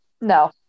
No